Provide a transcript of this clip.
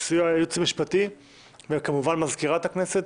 בסיוע היועץ המשפטי ומזכירת הכנסת,